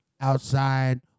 outside